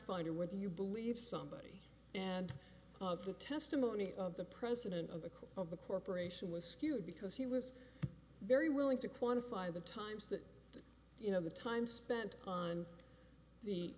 finder where do you believe somebody and of the testimony of the president of the court of the corporation was skewed because he was very willing to quantify the times that you know the time spent on the